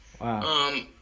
Wow